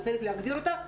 וצריך להגדיר אותה,